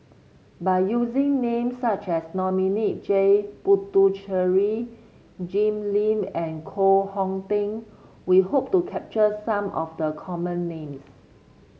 by using names such as Dominic J Puthucheary Jim Lim and Koh Hong Teng we hope to capture some of the common names